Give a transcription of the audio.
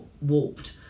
warped